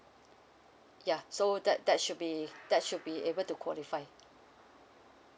yeah so that that should be that should be able to qualify